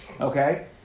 Okay